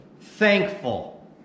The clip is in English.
thankful